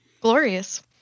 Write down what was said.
glorious